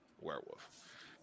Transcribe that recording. Werewolf